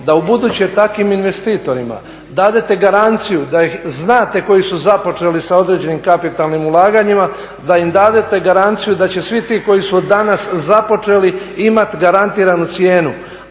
da ubuduće takvim investitorima dadete garanciju da ih znate koji su započeli sa određenim kapitalnim ulaganjima da im dadete garanciju da će svi ti koji su od danas započeli imati garantiranu cijenu,